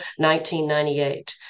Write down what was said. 1998